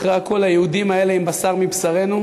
אחרי הכול, היהודים האלה הם בשר מבשרנו.